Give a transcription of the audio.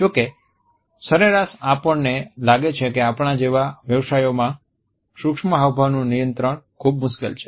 જો કે સરેરાશ આપણને લાગે છે કે આપણા જેવા વ્યવસાયોમાં સૂક્ષ્મ હાવભાવનું નિયંત્રણ ખૂબ મુશ્કેલ છે